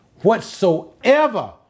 whatsoever